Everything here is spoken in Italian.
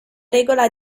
regola